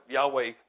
Yahweh